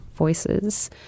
Voices